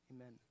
amen